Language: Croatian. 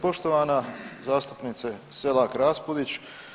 Poštovana zastupnice Selak RAspudić.